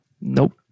Nope